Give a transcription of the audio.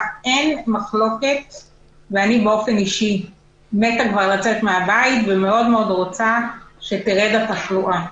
אני באופן אישי מתה כבר לצאת מהבית ומאוד מאוד רוצה שתרד התחלואה.